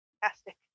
Fantastic